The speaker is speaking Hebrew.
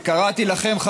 וקראתי לכם,